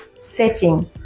setting